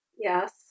yes